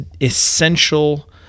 essential